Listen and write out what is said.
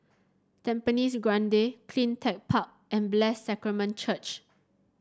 Tampines Grande CleanTech Park and Bless Sacrament Church